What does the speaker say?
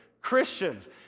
Christians